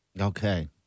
Okay